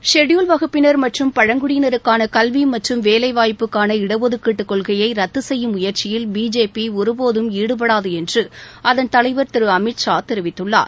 scheduled வகுப்பினர் மற்றும் பழங்குடியினருக்கான கல்வி மற்றும் வேலைவாய்ப்புக்கான இடஒதுக்கீட்டு கொள்கையை ரத்து செய்யும் முயற்சியில் பிஜேபி ஒருபோதும் ஈடுபடாது என்று அதன் தலைவர் திரு அமித் ஷா தெரிவித்துள்ளார்